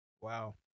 Wow